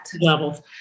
levels